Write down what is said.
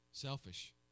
Selfish